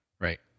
right